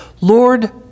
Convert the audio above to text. Lord